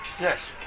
Yes